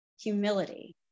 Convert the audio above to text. humility